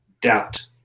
doubt